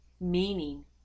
Meaning